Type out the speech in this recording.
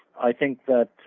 i think that